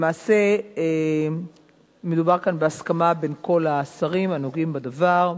למעשה מדובר כאן בהסכמה בין כל השרים הנוגעים בדבר,